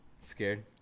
Scared